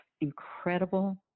incredible